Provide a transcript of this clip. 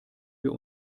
wir